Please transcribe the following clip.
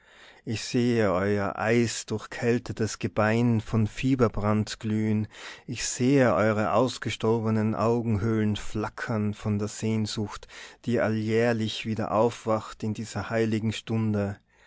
ich sehe euer eisdurchkältetes gebein von fieberbrand glühen ich sehe eure ausgestorbenen augenhöhlen flackern von der sehnsucht die alljährlich wieder aufwacht in dieser heiligen stunde